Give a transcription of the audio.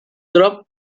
dropped